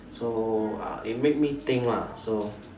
so uh it made me think lah so